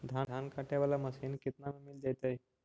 धान काटे वाला मशीन केतना में मिल जैतै?